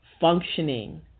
functioning